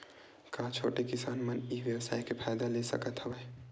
का छोटे किसान मन ई व्यवसाय के फ़ायदा ले सकत हवय?